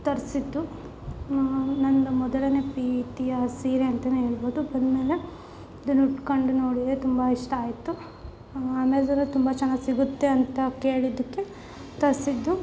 ತರಿಸಿದ್ದು ನನ್ನ ಮೊದಲನೇ ಪ್ರೀತಿಯ ಸೀರೆ ಅಂತಲೇ ಹೇಳ್ಬೋದು ಬಂದ ಮೇಲೆ ಇದನ್ನ ಉಟ್ಕಂಡು ನೋಡಿದೆ ತುಂಬ ಇಷ್ಟ ಆಯಿತು ಅಮೆಝನಲ್ಲಿ ತುಂಬ ಚೆನ್ನಾಗಿ ಸಿಗುತ್ತೆ ಅಂತ ಕೇಳಿದ್ದಕ್ಕೆ ತರಿಸಿದ್ದು